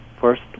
First